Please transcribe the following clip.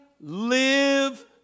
live